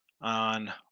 on